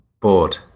Bored